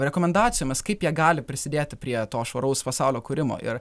rekomendacijas kaip jie gali prisidėti prie to švaraus pasaulio kūrimo ir